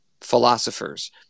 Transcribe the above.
philosophers